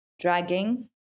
dragging